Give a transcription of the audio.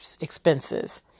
expenses